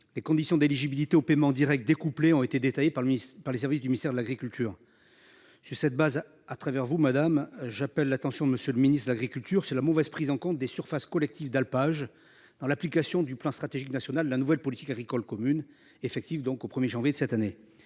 les conditions d'éligibilité aux paiements Directs découplé ont été détaillées par le ministère par les services du ministère de l'agriculture. Sur cette base à travers vous, madame, j'appelle l'attention Monsieur le Ministre de l'Agriculture. C'est la mauvaise prise en compte des surfaces collectif d'alpage dans l'application du plan stratégique national la nouvelle politique agricole commune effectif donc au 1er janvier de cette année